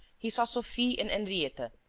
he saw sophie and henrietta,